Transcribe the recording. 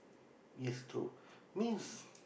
yes true means